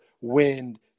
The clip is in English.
wind